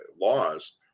laws